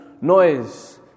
noise